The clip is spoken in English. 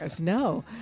no